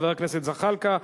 חבר הכנסת זחאלקה,